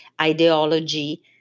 ideology